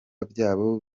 byabo